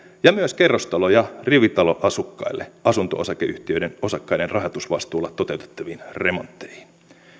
ja myös kerrostalo ja rivitaloasukkaille asunto osakeyhtiöiden osakkaiden rahoitusvastuulla toteutettaviin remontteihin